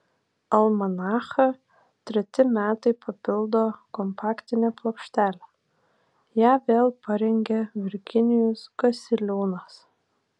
almanachą treti metai papildo kompaktinė plokštelė ją vėl parengė virginijus gasiliūnas